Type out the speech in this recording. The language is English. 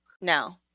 No